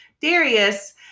Darius